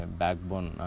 backbone